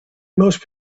most